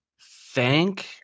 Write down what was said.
thank